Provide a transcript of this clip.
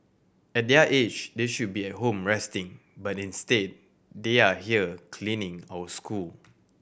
at their age they should be at home resting but instead they are here cleaning our school